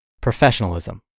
professionalism